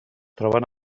troben